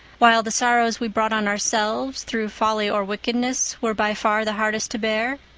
while the sorrows we brought on ourselves, through folly or wickedness, were by far the hardest to bear?